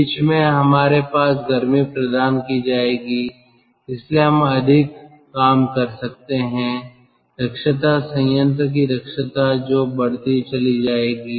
बीच में हमारे पास गर्मी प्रदान की जाएगी इसलिए हम अधिक काम कर सकते हैं दक्षता संयंत्र की दक्षता जो बढ़ती चली जाएगी